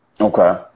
okay